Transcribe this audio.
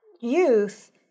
youth